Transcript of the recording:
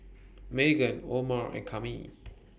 Meaghan Omer and Kami